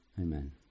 Amen